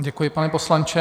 Děkuji, pane poslanče.